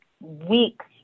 weeks